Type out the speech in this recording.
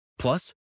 Plus